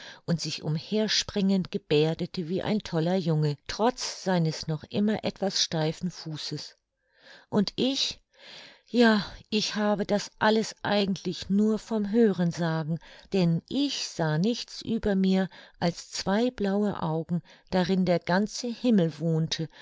und sich umherspringend geberdete wie ein toller junge trotz seines noch immer etwas steifen fußes und ich ja ich habe das alles eigentlich nur vom hörensagen denn ich sah nichts über mir als zwei blaue augen darin der ganze himmel wohnte